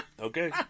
Okay